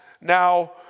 now